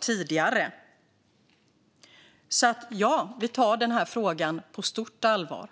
tidigare. Ja, vi tar den här frågan på stort allvar.